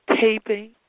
taping